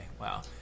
Wow